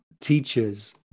teachers